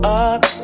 up